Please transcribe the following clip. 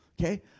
Okay